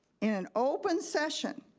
an open session,